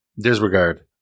disregard